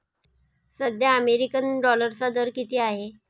सध्या अमेरिकन डॉलरचा दर किती आहे?